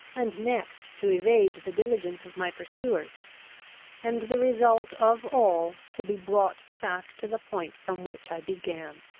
and next to evade the diligence of my pursuers and the result of all, to be brought back to the point from which i began!